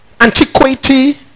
antiquity